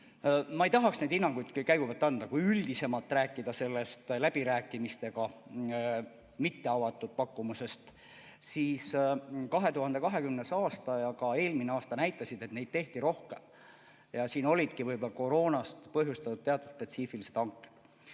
ma ei tahaks käigu pealt hinnanguid anda. Kui üldisemalt rääkida sellest läbirääkimistega mitte avatud pakkumusest, siis 2020. aasta ja ka eelmine aasta näitasid, et neid tehti rohkem. Siin olidki koroonast põhjustatud teatud spetsiifilised hanked.